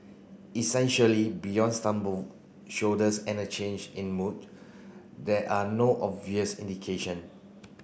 essentially beyond shoulders and a change in mood there are no obvious indication